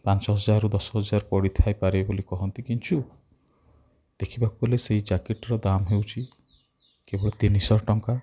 ପାଞ୍ଚହଜାରରୁ ଦଶହଜାର ପଡ଼ିଥାଏ ପାରେ ବୋଲି କହନ୍ତି କିଛୁ ଦେଖିବାକୁ ଗଲେ ସେହି ଜ୍ୟାକେଟ୍ର ଦାମ୍ ହେଉଛି କେବଳ ତିନିଶହ ଟଙ୍କା